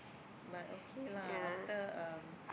but okay lah after um